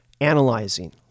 analyzing